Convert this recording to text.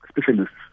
specialists